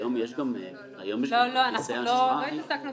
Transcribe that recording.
הערה נוספת.